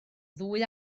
ddwy